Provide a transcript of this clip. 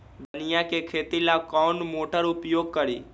धनिया के खेती ला कौन मोटर उपयोग करी?